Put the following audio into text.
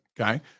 okay